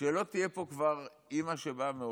כשלא תהיה פה כבר אימא שבאה מאושוויץ'